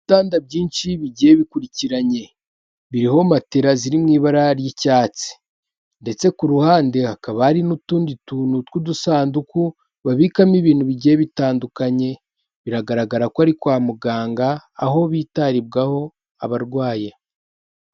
Ibitanda byinshi bigiye bikurikiranye biriho matera ziri mu ibara ry'icyatsi ndetse ku ruhande hakaba hari n'utundi tuntubtw'udusanduku babikamo ibintu bigiye bitandukanye, biragaragara ko ari kwa muganga aho bitaribwaho abarwaye.